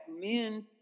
men